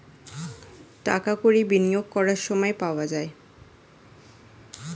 টাকা কড়ি বিনিয়োগ করার সময় পাওয়া যায়